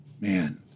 man